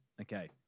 Okay